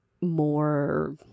more